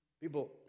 People